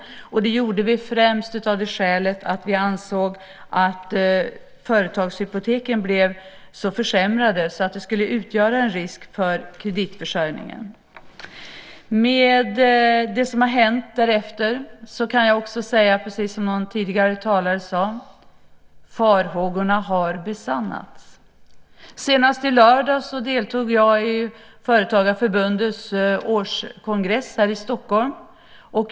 Det gjorde vi främst av det skälet att vi ansåg att företagshypoteken blev så försämrade att det skulle utgöra en risk för kreditförsörjningen. Med det som har hänt därefter kan jag precis som någon tidigare talare säga att farhågorna har besannats. Senast i lördags deltog jag i Företagarförbundets årskongress här i Stockholm.